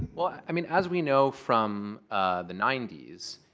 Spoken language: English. well, ah i mean as we know from the ninety s,